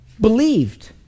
believed